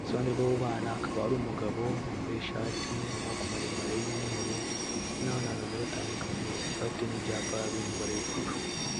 gusa iruhande rw'abo bana hakaba hari umugabo wambaye ishati y'amaboko maremare y'umweru ndetse n'abandi bantu bagiye batandukanye ndetse bakaba bafite n'ibyapa biri mu marabara y'ubururu.